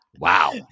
Wow